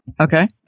Okay